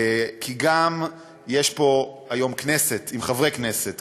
כי גם יש פה היום כנסת עם חברי כנסת,